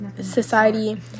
Society